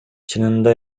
чынында